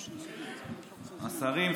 השרים,